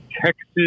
Texas